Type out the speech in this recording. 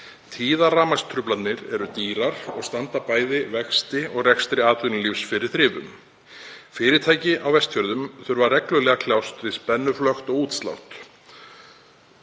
Tíðar rafmagnstruflanir eru dýrar og standa bæði vexti og rekstri atvinnulífs fyrir þrifum. Fyrirtæki á Vestfjörðum þurfa reglulega að kljást við spennuflökt og útslátt.